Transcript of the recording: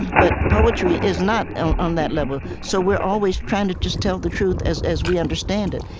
but poetry is not on that level. so we're always trying to just tell the truth as as we understand it,